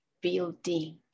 building